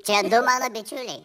čia du mano bičiuliai